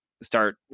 Start